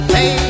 Hey